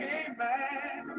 amen